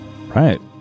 Right